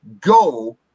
go